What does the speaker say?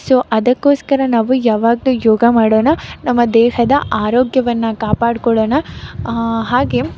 so ಅದಕ್ಕೋಸ್ಕರ ನಾವು ಯಾವಾಗಲೂ ಯೋಗ ಮಾಡೋಣ ನಮ್ಮ ದೇಹದ ಆರೋಗ್ಯವನ್ನು ಕಾಪಾಡ್ಕೊಳ್ಳೋಣ ಹಾಗೆ